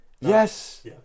Yes